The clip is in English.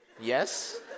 yes